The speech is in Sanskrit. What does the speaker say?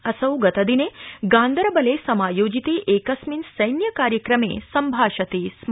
असौ गतदिने गान्दरबले समायोजिते एकस्मिन् सैन्यकार्यक्रमे सम्भाषते स्म